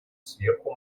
сверху